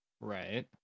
Right